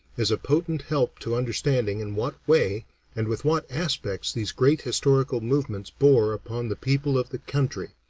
is a potent help to understanding in what way and with what aspects these great historical movements bore upon the people of the country,